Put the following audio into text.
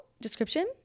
Description